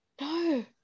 No